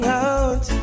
out